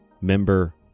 Member